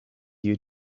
you